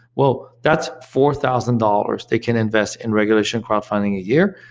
well that's four thousand dollars they can invest in regulation crowdfunding a year.